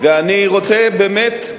אני רוצה באמת,